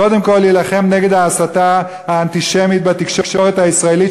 שקודם כול יילחם נגד ההסתה האנטישמית בתקשורת הישראלית,